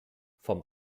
vom